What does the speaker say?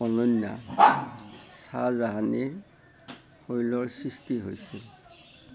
অনন্য শ্বাহজাহানী শৈলৰ সৃষ্টি হৈছে